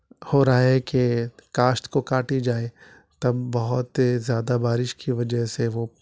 ہو رہا ہے کہ کاشت کو کاٹی جائے تب بہت زیادہ بارش کی وجہ سے وہ